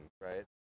right